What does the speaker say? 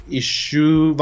issue